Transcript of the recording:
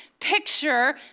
picture